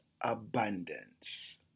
abundance